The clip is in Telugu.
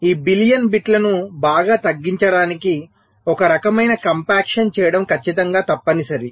ఈ బిలియన్ బిట్లను బాగా తగ్గించడానికి ఒక రకమైన కంప్యాక్షన్ చేయడం ఖచ్చితంగా తప్పనిసరి